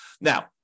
Now